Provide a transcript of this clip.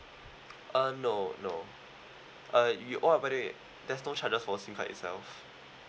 uh no no uh you all by the way there's no charges for SIM card itself